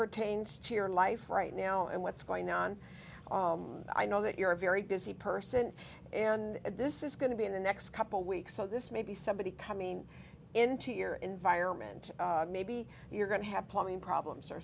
pertains to your life right now and what's going on i know that you're a very busy person and this is going to be in the next couple weeks so this may be somebody coming into your environment maybe you're going to have plumbing problems or